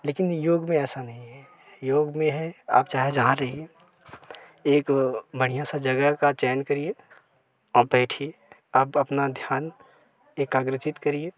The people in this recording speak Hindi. लेकिन योग में ऐसा नहीं है योग में हैं आप चाहे जहाँ रहें एक बढ़ियाँ सा जगह का चयन करें आप बैएं आप अपना ध्यान एकाग्रचित करें